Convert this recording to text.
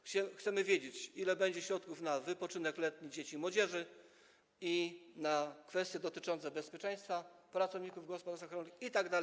Chcemy wiedzieć, ile będzie środków na wypoczynek letni dzieci i młodzieży i na kwestie dotyczące bezpieczeństwa pracowników w gospodarstwach rolnych itd.